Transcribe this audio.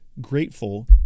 grateful